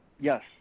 Yes